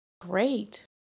Great